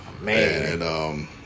man